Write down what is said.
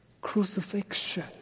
crucifixion